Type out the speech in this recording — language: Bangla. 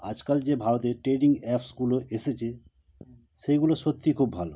আজকাল যে ভারতের টেডিং অ্যাপগুলো এসেছে সেইগুলো সত্যি খুব ভালো